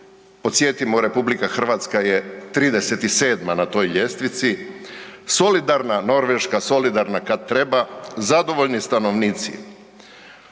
Podsjetimo, RH je 37. na toj ljestvici. Solidarna Norveška, solidarna kad treba, zadovoljni stanovnici.